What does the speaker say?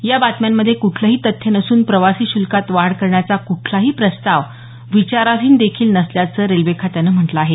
या बातम्यांमध्ये कुठलंही तथ्य नसून प्रवासी शुल्कात वाढ करण्याचा कुठलाही प्रस्ताव विचाराधीन देखील नसल्याचं रेल्वे खात्यानं म्हटलं आहे